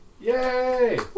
Yay